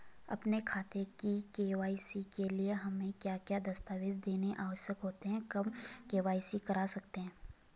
अपने खाते की के.वाई.सी के लिए हमें क्या क्या दस्तावेज़ देने आवश्यक होते हैं कब के.वाई.सी करा सकते हैं?